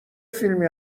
فیلمی